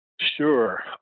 Sure